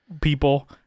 people